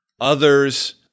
others